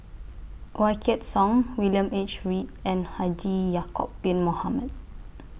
Wykidd Song William H Read and Haji Ya'Acob Bin Mohamed